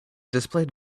displayed